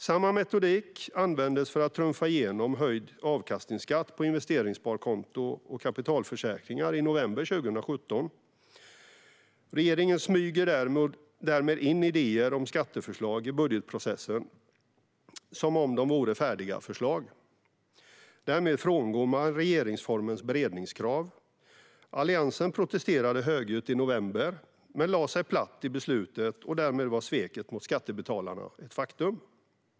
Samma metodik användes för att trumfa igenom höjd avkastningsskatt på investeringssparkonto och kapitalförsäkringar i november 2017. Regeringen smyger därmed in idéer om skatteförslag i budgetprocessen som om de vore färdiga förslag. Därmed frångår man regeringsformens beredningskrav. Alliansen protesterade högljutt i november men lade sig platt i beslutet, och därmed var sveket mot skattebetalarna ett faktum.